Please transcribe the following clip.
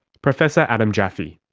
professor adam jaffe.